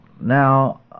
now